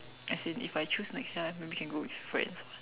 as in if I choose next year I maybe I can go with friends